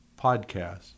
podcast